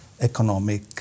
economic